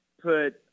put